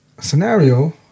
Scenario